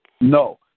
No